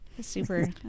super